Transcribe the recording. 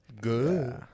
Good